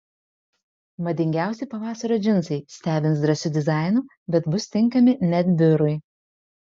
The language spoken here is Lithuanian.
madingiausi pavasario džinsai stebins drąsiu dizainu bet bus tinkami net biurui